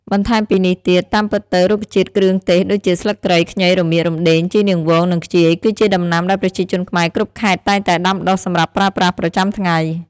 បន្ថែមពីនេះទៀត តាមពិតទៅ រុក្ខជាតិគ្រឿងទេសដូចជាស្លឹកគ្រៃ ខ្ញី រមៀត រំដេង ជីរនាងវង និងខ្ជាយ គឺជាដំណាំដែលប្រជាជនខ្មែរគ្រប់ខេត្តតែងតែដាំដុះសម្រាប់ប្រើប្រាស់ប្រចាំថ្ងៃ។